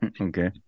Okay